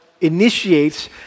initiates